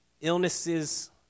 Illnesses